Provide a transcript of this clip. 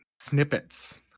snippets